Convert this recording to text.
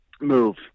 move